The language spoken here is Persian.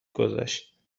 گذشت